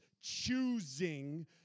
choosing